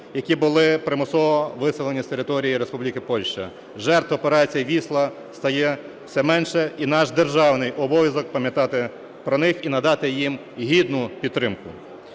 які були примусово виселені з території Республіки Польща. Жертв операції "Вісла" стає все менше і наш державний обов'язок пам'ятати про них і надати їм гідну підтримку.